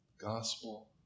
Gospel